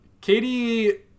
Katie